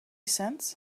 cents